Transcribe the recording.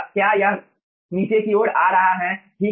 क्या यह नीचे की ओर आ रहा है ठीक है